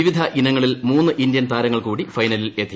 വിവിധ ഇനങ്ങളിൽ മൂന്ന് ഇന്ത്യൻ താരങ്ങൾ കൂടി ഫൈനലിലെത്തി